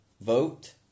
vote